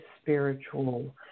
spiritual